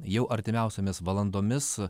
jau artimiausiomis valandomis